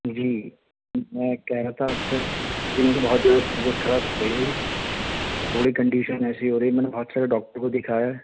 جی میں کہہ رہا تھا آپ سے دن کو بہت زیادہ طبیعت خراب ہو گئی ہے میری تھوڑی کنڈیشن ایسی ہو رہی میں نے بہت سارے ڈاکٹر کو دکھایا ہے